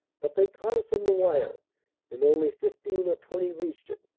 but they caught us on the wire and only fifteen or twenty reached it.